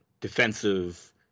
defensive